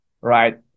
Right